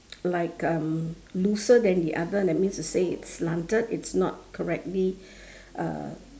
like um looser than the other that means to say it's slanted it's not correctly uh